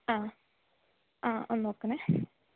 ആ ആ ഒന്നു നോക്കണേ